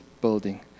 building